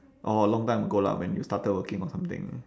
orh long time ago lah when you started working or something